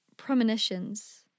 premonitions